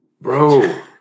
Bro